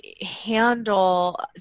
handle